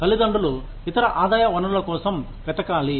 తల్లిదండ్రులు ఇతర ఆదాయ వనరుల కోసం వెతకాలి